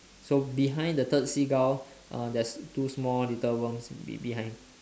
so behind the third seagull uh there's two small little worms be~ behind